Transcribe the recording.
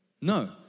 no